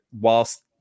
whilst